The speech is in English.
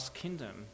kingdom